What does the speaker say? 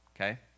okay